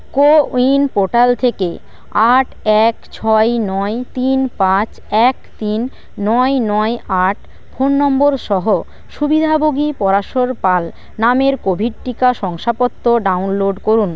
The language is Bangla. কো উইন পোর্টাল থেকে আট এক ছয় নয় তিন পাঁচ এক তিন নয় নয় আট ফোন নম্বর সহ সুবিধাভোগী পরাশর পাল নামের কোভিড টিকা শংসাপত্র ডাউনলোড করুন